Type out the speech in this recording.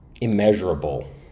immeasurable